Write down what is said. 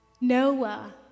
Noah